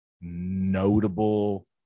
notable